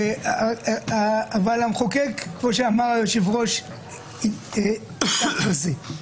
המחוקק, כמו שאמר היושב-ראש, עסק בזה,